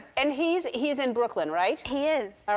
and he's he's in brooklyn, right? he is.